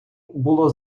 було